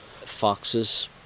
foxes